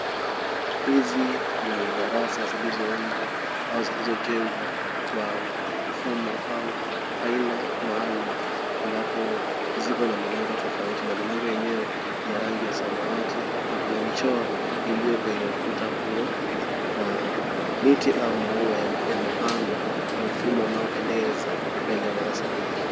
Hizi ni darasa zilizoundwa au zilizojengwa kwa mfumo au aina maalum ambapo ziko na milango tofauti na milango yenyewe ni ya rangi ya samawati na kuna michoro iliyo kwenye ukuta huo na miti au maua yamepandwa kwa mfumo unaopendeza mbele ya darasa hizo.